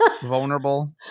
vulnerable